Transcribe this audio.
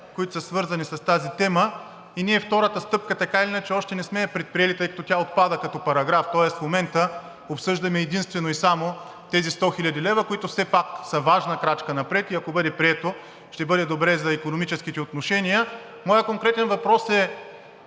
които са свързани с тази тема. Ние втората стъпка, така или иначе, още не сме я предприели, тъй като тя отпада като параграф, тоест в момента обсъждаме единствено и само тези 100 хил. лв., които все пак са важна крачка напред, и ако бъде прието, ще бъде добре за икономическите отношения. Моят конкретен въпрос е,